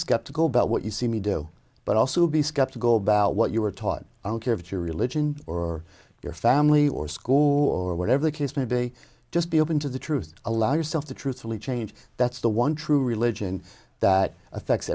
skeptical about what you see me do but also be skeptical about what you were taught i don't care if your religion or your family or school or whatever the case may be just be open to the truth allow yourself to truthfully change that's the one true religion that affects